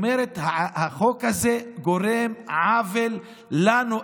ואומרת: החוק הזה גורם עוול לנו.